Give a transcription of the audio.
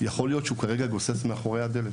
זה אולי היום שבו הוא גוסס מאחורי הדלת.